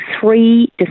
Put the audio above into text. three